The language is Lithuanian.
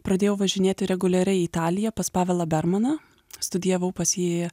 pradėjau važinėti reguliariai į italiją pas pavelą bermaną studijavau pas jį